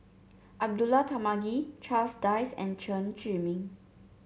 Abdullah Tarmugi Charles Dyce and Chen Zhiming